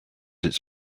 its